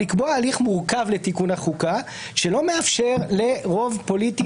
לקבוע הליך מורכב לתיקון החוקה שלא מאפשר לרוב פוליטי